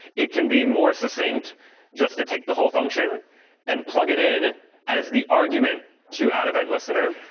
it can be more succinct just to take the whole function and plug it in as the argument to add event listener,